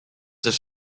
have